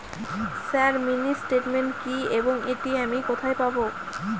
Sir mini statement কি এবং এটি আমি কোথায় পাবো?